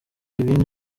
ibindi